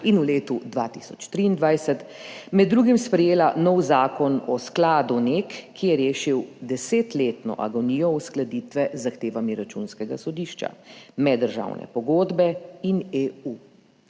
in v letu 2023 med drugim sprejela nov zakon o skladu NEK, ki je rešil desetletno agonijo uskladitve z zahtevami Računskega sodišča, meddržavne pogodbe in EU.